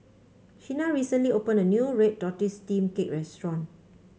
Shena recently opened a new Red Tortoise Steamed Cake restaurant